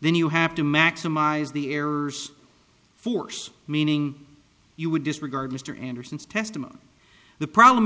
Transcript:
then you have to maximize the errors force meaning you would disregard mr anderson's testimony the problem